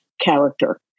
character